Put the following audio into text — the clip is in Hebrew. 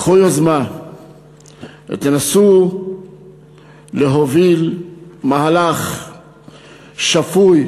קחו יוזמה ותנסו להוביל מהלך שפוי